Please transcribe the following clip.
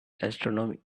astronomy